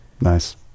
Nice